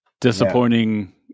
Disappointing